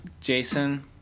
Jason